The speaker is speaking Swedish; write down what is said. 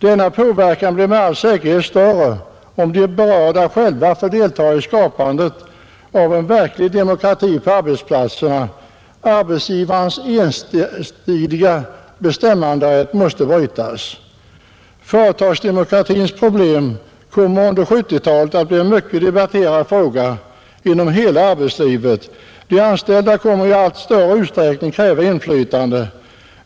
Denna påverkan blir med all säkerhet större om de berörda själva får deltaga i skapandet av en verklig demokrati på arbetsplatserna. Arbetsgivarens ensidiga bestämmanderätt måste brytas. Företagsdemokratins problem kommer under 1970-talet att bli en mycket debatterad fråga inom hela arbetslivet. De anställda kommer i allt större utsträckning att kräva inflytande.